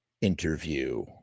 interview